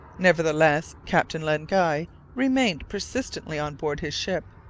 nevertheless, captain len guy remained persistently on board his ship,